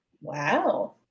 Wow